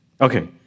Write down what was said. Okay